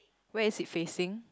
where is it facing